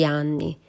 anni